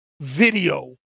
video